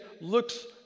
looks